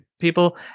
people